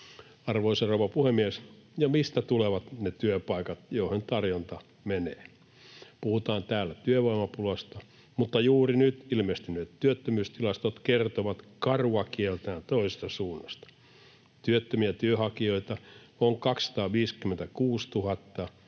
Arvoisa rouva puhemies! Ja mistä tulevat ne työpaikat, joihin tarjonta menee? Täällä puhutaan työvoimapulasta, mutta juuri nyt ilmestyneet työttömyystilastot kertovat karua kieltään toisesta suunnasta. Työttömiä työnhakijoita on 256 000,